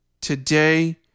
Today